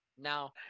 Now